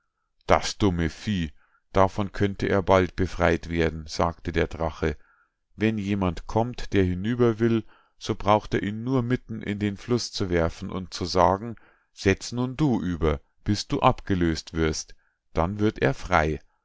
das dumme vieh davon könnte er bald befrei't werden sagte der drache wenn jemand kommt der hinüber will so braucht er ihn nur mitten in den fluß zu werfen und zu sagen setz nun du über bis du abgelös't wirst dann wird er frei